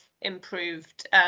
improved